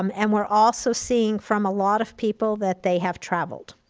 um and we're also seeing from a lot of people that they have traveled,